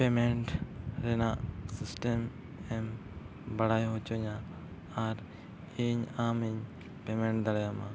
ᱨᱮᱱᱟᱜ ᱮᱢ ᱵᱟᱲᱟᱭ ᱦᱚᱪᱚᱧᱟ ᱟᱨ ᱤᱧ ᱟᱢᱤᱧ ᱫᱟᱲᱮᱭᱟᱢᱟ